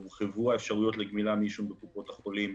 גם הורחבו האפשרויות של גמילה מעישון בקופות החולים.